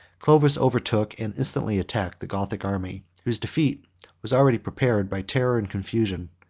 clovis overtook, and instantly attacked, the gothic army whose defeat was already prepared by terror and confusion.